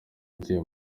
njye